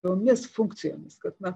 tomis funkcijomis kad na